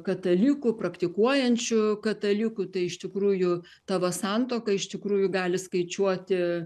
kataliku praktikuojančiu kataliku tai iš tikrųjų tavo santuoka iš tikrųjų gali skaičiuoti